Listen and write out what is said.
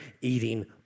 eating